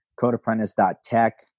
codeapprentice.tech